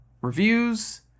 reviews